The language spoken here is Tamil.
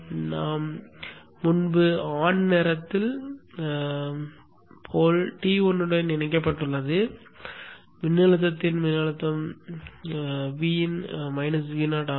நாம் முன்பு ஆன் நேரத்தில் துருவமானது T1 உடன் இணைக்கப்பட்டுள்ளது மின்னழுத்தத்தின் மின்னழுத்தம் Vin Vo ஆகும்